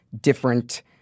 different